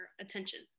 attention